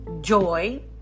joy